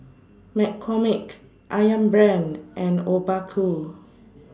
McCormick Ayam Brand and Obaku